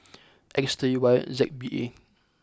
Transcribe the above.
X three Y Z B A